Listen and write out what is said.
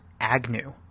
Agnew